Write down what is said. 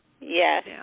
Yes